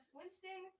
Winston